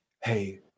hey